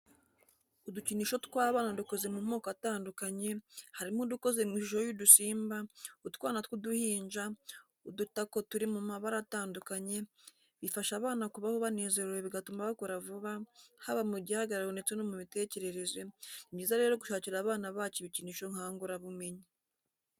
Udukinisho tw'abana dukoze mu moko atandukanye harimo udukoze mu ishusho y'udusimba, utwana tw'uduhinja, udutako turi mu mabara atandukanye, bifasha abana kubaho banezerewe bigatuma bakura vuba haba mu gihagararo ndetse no mu mitekerereze, nibyiza zero gushakira abana bacu ibikinisho nkangurabumenyi.